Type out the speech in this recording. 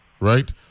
right